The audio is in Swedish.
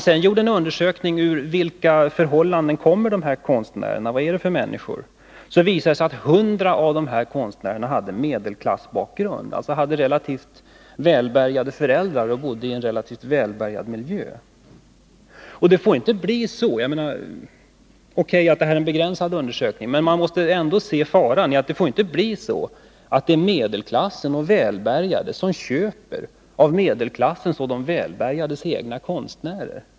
Man undersökte också vilken bakgrund dessa konstnärer hade, under vilka förhållanden de hade växt upp. Det visade sig att 100 av dem hade medelklassbakgrund, alltså relativt välbärgade föräldrar och en ganska välbärgad hemmiljö. Visserligen rör det sig här om en begränsad undersökning, men den visar ändå att det finns en fara för att det blir medelklassen och de välbärgade som köper av medelklassens och de välbärgades egna konstnärer.